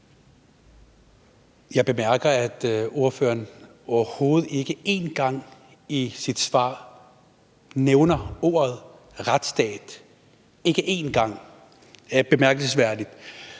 Jeg bemærker, at ordføreren overhovedet ikke én gang i sit svar nævner ordet retsstat – ikke én gang. Det er bemærkelsesværdigt.